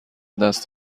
دست